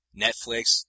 Netflix